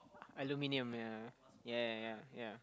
aluminium ya ya ya ya